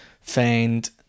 find